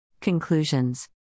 Conclusions